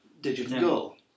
digital